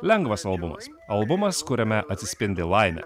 lengvas albumas albumas kuriame atsispindi laimė